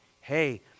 Hey